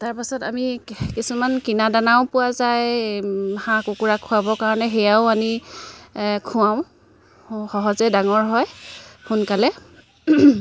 তাৰপাছত আমি কিছুমান কিনা দানাও পোৱা যায় হাঁহ কুকুৰা খোৱাবৰ কাৰণে সেয়াও আনি খুৱাওঁ সহজে ডাঙৰ হয় সোনকালে